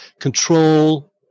control